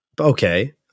Okay